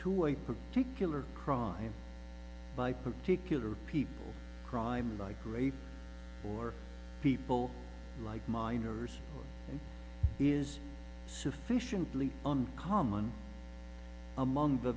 a particular crime by particular people crimes like rape or people like minors and is sufficiently uncommon among the